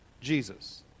Jesus